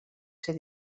ser